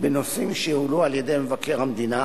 בנושאים שהועלו על-ידי מבקר המדינה,